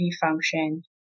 function